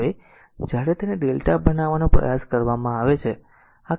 હવે જ્યારે તેને lrmΔ બનાવવાનો પ્રયાસ કરવામાં આવે છે